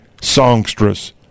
Songstress